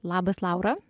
labas laura